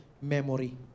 memory